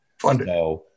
funded